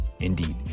Indeed